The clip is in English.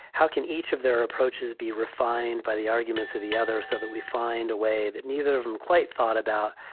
how can each of their approaches be refined by the arguments of the others so that we find a way that neither of them quite thought about,